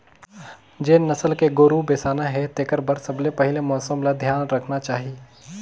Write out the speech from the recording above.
जेन नसल के गोरु बेसाना हे तेखर बर सबले पहिले मउसम ल धियान रखना चाही